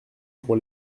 pour